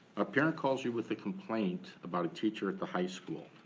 a parent calls you with a complaint about a teacher at the high school.